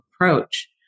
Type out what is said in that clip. approach